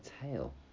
tail